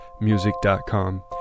music.com